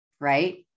right